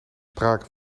sprake